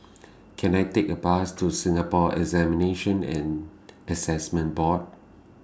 Can I Take A Bus to Singapore Examinations and Assessment Board